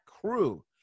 crew